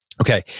okay